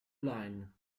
line